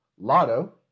Lotto